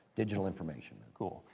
digital information. cool,